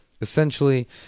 essentially